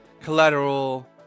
Collateral